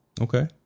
Okay